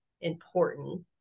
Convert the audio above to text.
important